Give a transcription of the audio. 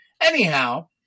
Anyhow